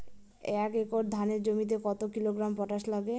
এক একর ধানের জমিতে কত কিলোগ্রাম পটাশ লাগে?